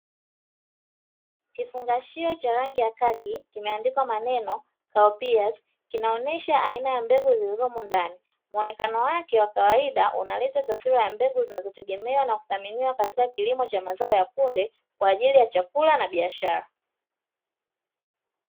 Kifungashio cha rangi ya kaki kimeandikwa maneno ''cow peas'', kinaonesha aina ya mbegu zilizomo ndani. Muonekano wake wa kawaida unaleta taswira ya mbegu, zinazotegemewa na kuthaminiwa katika kilimo cha mazao ya kunde, kwa ajili ya chakula na biashara.